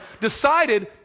decided